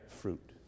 fruit